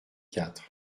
quatre